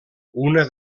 una